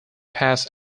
pass